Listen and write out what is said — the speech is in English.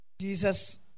Jesus